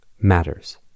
matters